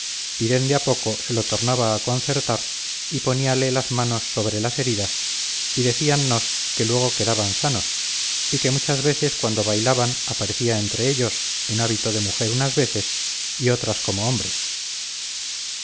y dende a poco se lo tornaba a concertar y poníale las manos sobre las heridas y decíannos que luego quedaban sanos y que muchas veces cuando bailaban aparecía entre ellos en hábito de mujer unas veces y otras como hombre